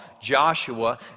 Joshua